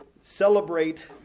celebrate